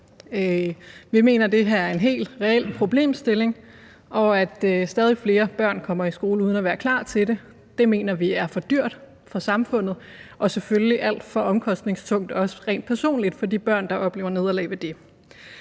Vi mener, at det her er en helt reel problemstilling, og at stadig flere børn kommer i skole uden at være klar til det. Det mener vi er for dyrt for samfundet og selvfølgelig også alt for omkostningstungt rent personligt for de børn, der oplever nederlag ved det.